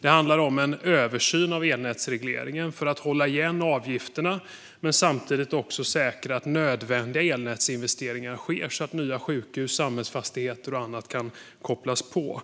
Det handlar om en översyn av elnätsregleringen för att hålla igen avgifterna men samtidigt säkra att nödvändiga elnätsinvesteringar sker så att nya sjukhus, samhällsfastigheter och annat kan kopplas på.